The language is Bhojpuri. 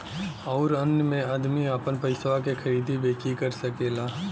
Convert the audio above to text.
अउर अन्य मे अदमी आपन पइसवा के खरीदी बेची कर सकेला